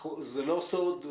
זה לא סוד,